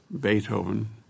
Beethoven